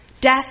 Death